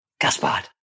Gaspard